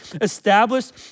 established